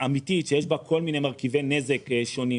אמיתית פר אקסלנס שיש בה כל מיני מרכיבי נזק שונים.